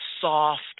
soft